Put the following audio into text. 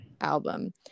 album